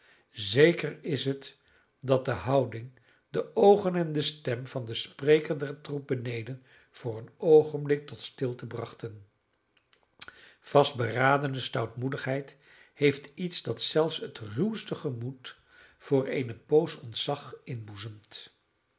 zeker is het dat de houding de oogen en de stem van den spreker den troep beneden voor een oogenblik tot stilte brachten vastberadene stoutmoedigheid heeft iets dat zelfs het ruwste gemoed voor eene poos ontzag